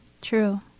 True